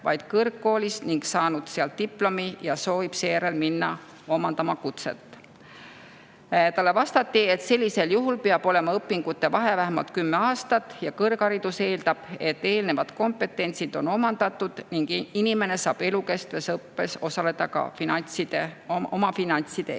vaid kõrgkoolis ning saanud sealt diplomi ja soovib seejärel minna omandama kutset. Talle vastati, et sellisel juhul peab olema õpingute vahe vähemalt 10 aastat. Kõrgharidus eeldab, et eelnevad kompetentsid on omandatud ning inimene saab elukestvas õppes osaleda ka oma finantside eest. Heljo